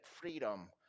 freedom